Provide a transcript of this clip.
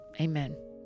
Amen